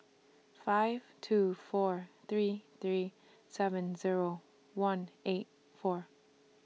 five two four three three seven Zero one eight four